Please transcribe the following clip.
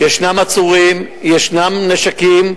יש עצורים, יש נשקים.